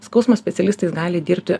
skausmo specialistais gali dirbti